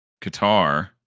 Qatar